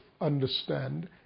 Understand